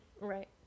Right